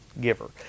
giver